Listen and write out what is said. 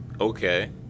Okay